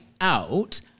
out